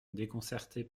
déconcerté